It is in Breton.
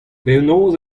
penaos